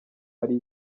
ari